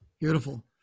Beautiful